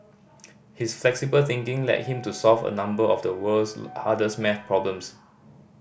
his flexible thinking led him to solve a number of the world's hardest maths problems